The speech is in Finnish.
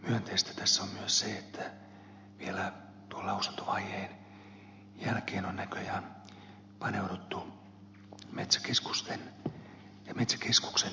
myönteistä tässä on myös se että vielä tuon lausuntovaiheen jälkeen on näköjään paneuduttu metsäkeskuksen julkisen vallan käyttökokonaisuuteen